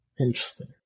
Interesting